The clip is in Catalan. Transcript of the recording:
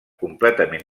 completament